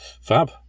Fab